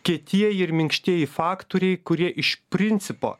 kietieji ir minkštieji faktoriai kurie iš principo